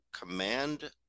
command